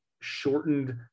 shortened